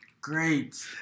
Great